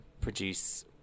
produce